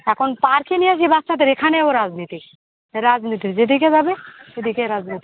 এখন পার্কে নিয়ে এসসি বাচ্চাদের এখানেও রাজনীতি রাজনীতি যেদিকে যাবি সেদিকেই রাজনীতি